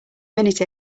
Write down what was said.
minute